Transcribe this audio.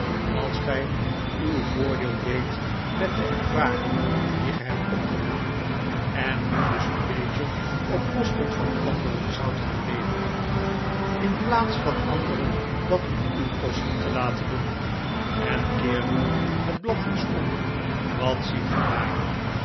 als gij uw voordeel deedt met de ervaring die ge hebt opgedaan en nu dus een beetje op kosten van anderen zoudt gaan leven in plaats van anderen dat op uw kosten te laten doen en keer nu het blad eens om wat ziet ge daar